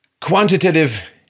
quantitative